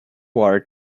are